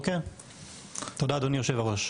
תודה, אדוני היו"ר.